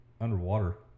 Underwater